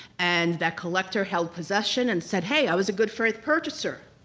and that collector held possession and said hey, i was a good faith purchaser.